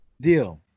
Deal